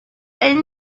and